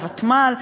הוותמ"ל,